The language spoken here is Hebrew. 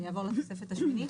לעבור לתוספת השמינית?